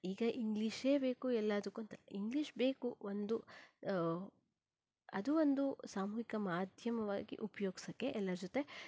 ಈಗ ಇಂಗ್ಲೀಷೇ ಬೇಕು ಎಲ್ಲದಕ್ಕೂ ಅಂತ ಇಂಗ್ಲೀಷ್ ಬೇಕು ಒಂದು ಅದೂ ಒಂದು ಸಾಮೂಹಿಕ ಮಾಧ್ಯಮವಾಗಿ ಉಪಯೋಗಿಸಕ್ಕೆ ಎಲ್ಲರ ಜೊತೆ